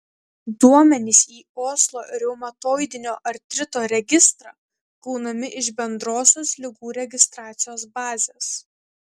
duomenys į oslo reumatoidinio artrito registrą gaunami iš bendrosios ligų registracijos bazės